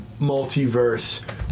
multiverse